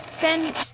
Ben